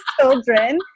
children